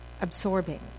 absorbing